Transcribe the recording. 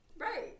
Right